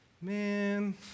Man